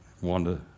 Wanda